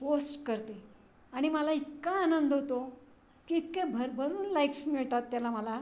post करते आणि मला इतका आनंद होतो की इतक्या भरभरून लाईक्स मिळतात त्याला मला